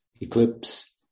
eclipse